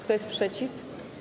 Kto jest przeciw?